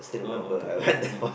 oh okay